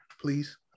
please